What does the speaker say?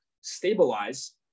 stabilize